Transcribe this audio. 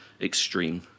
extreme